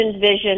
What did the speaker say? vision